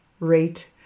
rate